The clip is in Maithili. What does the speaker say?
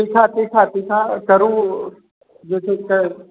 तीखा तीखा तीखा करू जे छै से